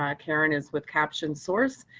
um karyn is with captionsource.